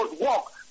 walk